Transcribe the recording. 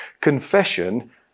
confession